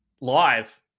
live